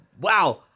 wow